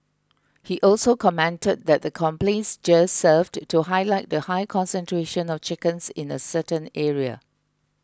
he also commented that the complaints just served to highlight the high concentration of chickens in a certain area